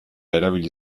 erabili